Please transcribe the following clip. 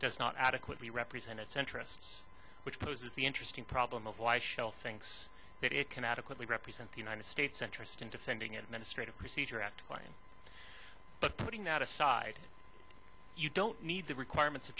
does not adequately represent its interests which poses the interesting problem of why shell thinks that it can adequately represent the united states interest in defending administrative procedure and playing but putting that aside you don't need the requirements